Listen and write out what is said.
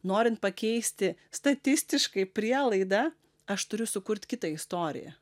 norint pakeisti statistiškai prielaidą aš turiu sukurt kitą istoriją